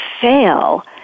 fail